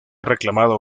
reclamado